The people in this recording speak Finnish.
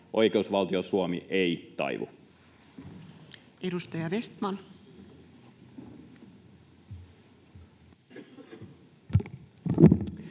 Oikeusvaltio Suomi ei taivu. Edustaja Vestman.